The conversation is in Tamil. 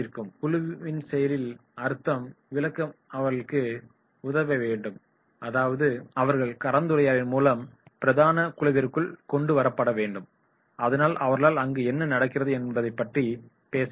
குழுவின் செயலில் அங்கம் வகிக்க அவர்களுக்கு உதவ வேண்டும் எனவே அவர்கள் கலந்துரையாடலின் மூலம் பிரதான குழுவிற்குள் கொண்டு வரப்பட வேண்டும் அதனால் அவர்களால் அங்கு என்ன நடக்கிறது என்பது பற்றி பேச முடியும்